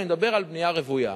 אני מדבר על בנייה רוויה.